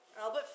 Albert